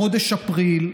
בחודש אפריל,